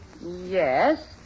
Yes